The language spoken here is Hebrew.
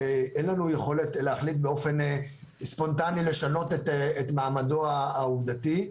אין לנו יכולת להחליט באופן ספונטני לשנות את מעמדו העובדתי.